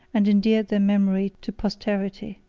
and endeared their memory to posterity.